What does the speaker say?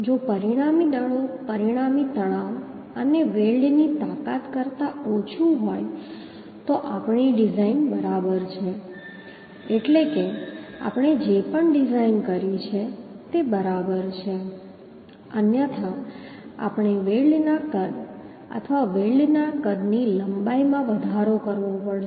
જો પરિણામી દળો પરિણામી તણાવ અને વેલ્ડની તાકાત કરતાં ઓછું હોય તો આપણી ડિઝાઈન બરાબર છે એટલે કે આપણે જે પણ ડિઝાઈન કરી છે તે બરાબર છે અન્યથા આપણે વેલ્ડના કદ અથવા વેલ્ડના કદની લંબાઈમાં વધારો કરવો પડશે